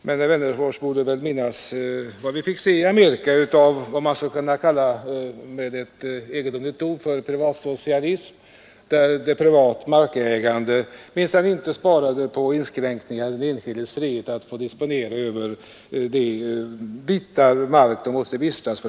Men herr Wennerfors borde minnas det vi fick se i Amerika av vad man med ett egendomligt ord skulle kunna kalla privatsocialism, där de privata markägarna minsann inte sparade på inskränkningar i allmänhetens frihet att få vistas på de markbitar som de behövde bosätta sig på för sitt uppehälles skull.